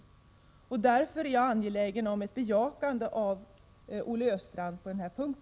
Jag är därför angelägen om en kommentar från Olle Östrand på denna punkt.